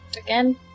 Again